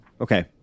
Okay